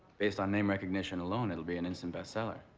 based on name recognition alone it'll be an instant bestseller.